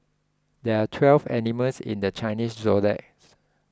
there are twelve animals in the Chinese zodiac's